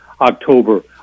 October